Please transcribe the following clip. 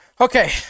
Okay